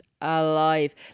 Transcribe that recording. alive